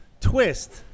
twist